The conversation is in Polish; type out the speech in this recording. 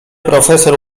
profesor